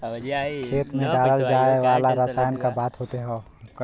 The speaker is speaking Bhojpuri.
खेत मे डालल जाए वाला रसायन क बात होत हौ